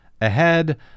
ahead